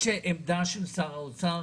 יש עמדה של שר האוצר